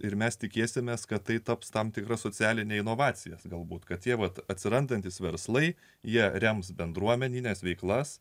ir mes tikėsimės kad tai taps tam tikra socialine inovacijas galbūt kad jie vat atsirandantys verslai jie rems bendruomenines veiklas